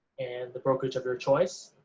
and the brokerage of your choice,